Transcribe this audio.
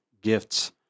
gifts